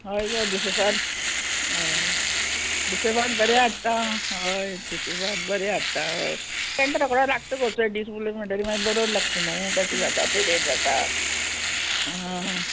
हय गो दुसरे फाट हय दुसरें फाट बरें हाडटा हय दुसरें फाट बरें हाडटा हय तेंका रोकडो लागता गो चड दीस उल्ले म्हणटगी मागीर बरोड लागता न्हू तशें जाता पेड्डेर जाता